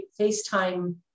FaceTime